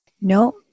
No